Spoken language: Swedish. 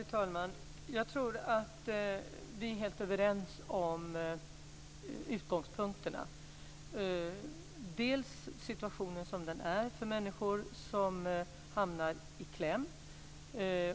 Fru talman! Jag tror att vi är helt överens om utgångspunkterna, bl.a. när det gäller situationen för människor som hamnar i kläm.